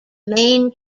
main